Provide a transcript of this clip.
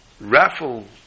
raffle